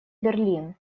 берлин